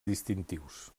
distintius